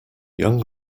young